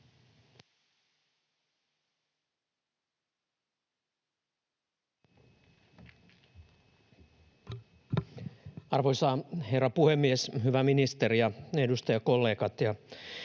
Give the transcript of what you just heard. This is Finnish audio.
Arvoisa herra puhemies, hyvä ministeri ja edustajakollegat